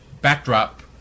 backdrop